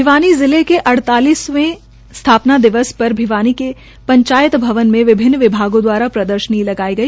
भिवानी जिले के अइतालीसवे स्थाना दिवस पर भिवानी के पंचायत भवन में विभिन्न विभागों दवारा प्रदर्शनी लगाई गई